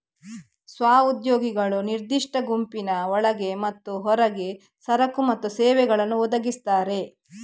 ಸ್ವ ಉದ್ಯೋಗಿಗಳು ನಿರ್ದಿಷ್ಟ ಗುಂಪಿನ ಒಳಗೆ ಮತ್ತು ಹೊರಗೆ ಸರಕು ಮತ್ತು ಸೇವೆಗಳನ್ನು ಒದಗಿಸ್ತಾರೆ